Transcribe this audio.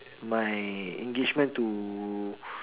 my engagement to